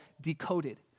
Decoded